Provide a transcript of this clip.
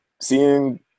seeing